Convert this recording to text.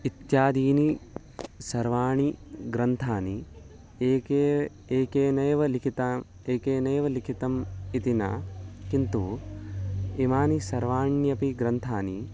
इत्यादयः सर्वअ ग्रन्थाः एकेन एकेनैव लिखिताः एकेनैव लिखिताः इति न किन्तु इमे सर्वे अपि ग्रन्थाः